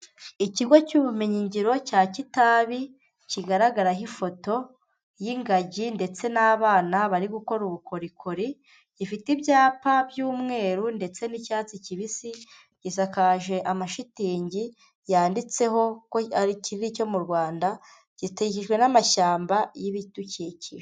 Ikigo cy'ubumenyi ngiro cya Kitabi, kigaragaraho ifoto y'ingagi ndetse n'abana bari gukora ubukorikori, gifite ibyapa by'umweru ndetse n'icyatsi kibisi, gisakaje amashitingi yanditseho ko ari iki ngiki cyo mu Rwanda, gikikijwe n'amashyamba y'ibidukikije.